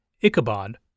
Ichabod